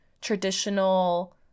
traditional